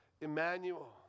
Emmanuel